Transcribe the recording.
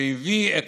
שהביא את